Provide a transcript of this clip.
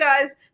guys